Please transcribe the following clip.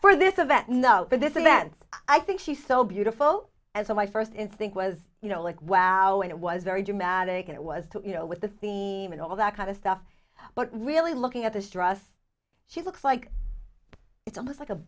for this event no but this event i think she's so beautiful and so my first instinct was you know like wow and it was very dramatic and it was to you know with the theme and all that kind of stuff but really looking at this dress she looks like it's almost like a